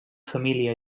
família